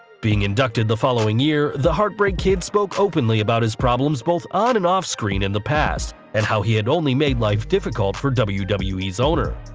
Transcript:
being inducted the following year, the heart break kid spoke openly about his problems both on and off-screen in the past, and how he had only made life difficult for the wwe's owner.